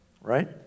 Right